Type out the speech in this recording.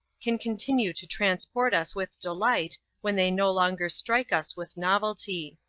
can continue to transport us with delight when they no longer strike us with novelty.